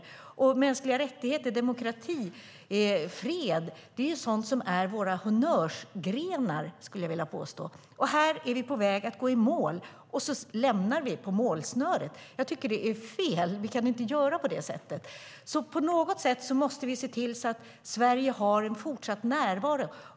Jag skulle vilja påstå att mänskliga rättigheter, demokrati och fred är våra honnörsgrenar. Här är vi på väg att gå i mål men lämnar vid målsnöret. Jag tycker att det är fel. Vi kan inte göra på det sättet. På något sätt måste vi se till att Sverige har en fortsatt närvaro.